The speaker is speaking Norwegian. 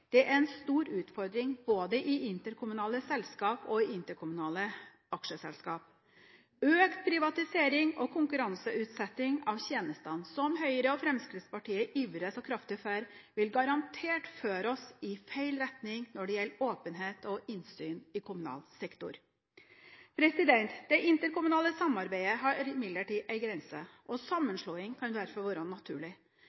Det er en stor utfordring både i interkommunale selskap og interkommunale aksjeselskap. Økt privatisering og konkurranseutsetting av tjenestene, som Høyre og Fremskrittspartiet ivrer så kraftig for, vil garantert føre oss i feil retning når det gjelder åpenhet og innsyn i kommunal sektor. Det interkommunale samarbeidet har imidlertid en grense, og